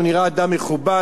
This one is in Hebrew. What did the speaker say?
הוא נראה אדם מכובד,